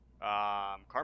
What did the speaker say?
Carmen